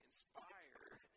Inspired